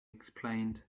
explained